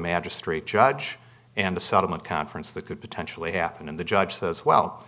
magistrate judge and a settlement conference that could potentially happen and the judge says well